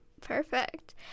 perfect